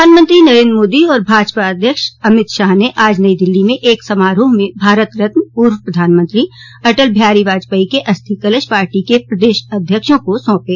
प्रधानमंत्री नरेन्द्र मोदी और भाजपा अध्यक्ष अमित शाह ने आज नई दिल्ली में एक समारोह में भारत रत्न पूर्व प्रधानमंत्री अटल बिहारी वाजपेयी के अस्थि कलश पार्टी के प्रदेश अध्यक्षों को सौंपे